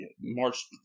March